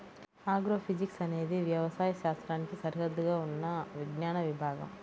agrophysics అనేది వ్యవసాయ శాస్త్రానికి సరిహద్దుగా ఉన్న విజ్ఞాన విభాగం